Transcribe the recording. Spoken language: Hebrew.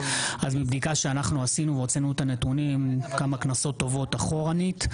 מבדיקה שאנחנו עשינו והוצאנו את הנתונים כמה כנסות טובות אחורנית,